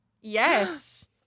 Yes